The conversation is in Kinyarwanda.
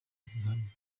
zihamye